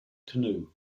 canoe